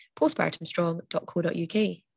postpartumstrong.co.uk